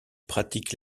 pratique